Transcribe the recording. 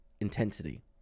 intensity